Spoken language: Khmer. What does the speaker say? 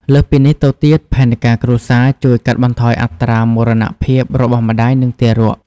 លើសពីនេះទៅទៀត ផែនការគ្រួសារជួយកាត់បន្ថយអត្រាមរណភាពរបស់ម្តាយ និងទារក។